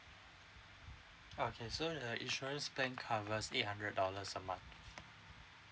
okay so the insurance plan covers eight hundred dollars a month